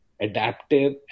adaptive